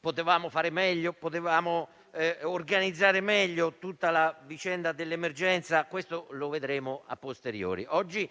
potevamo fare meglio? Potevamo organizzare meglio tutta la vicenda dell'emergenza? Questo lo vedremo *a posteriori.* Oggi